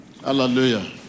Hallelujah